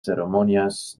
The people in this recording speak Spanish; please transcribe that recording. ceremonias